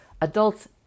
adults